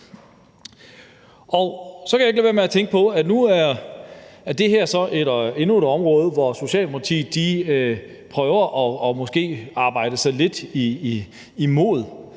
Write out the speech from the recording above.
nu er det her så endnu et område, hvor Socialdemokratiet måske prøver at arbejde lidt imod,